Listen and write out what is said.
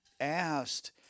asked